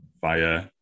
via